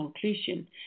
conclusion